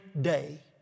day